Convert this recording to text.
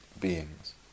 beings